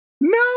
No